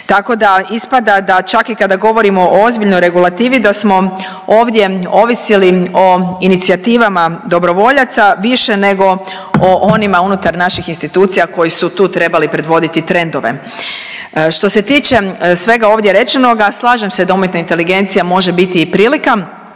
Tako da ispada da čak i kada govorimo o ozbiljnoj regulativi da smo ovdje ovisili o inicijativama dobrovoljaca više nego o onima unutar naših institucija koji su tu trebali predvoditi trendove. Što se tiče svega ovdje rečenoga slažem se da umjetna inteligencija može biti i prilika,